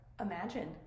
imagine